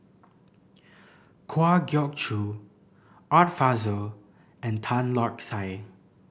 Kwa Geok Choo Art Fazil and Tan Lark Sye